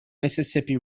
mississippi